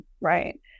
right